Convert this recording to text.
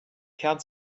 kern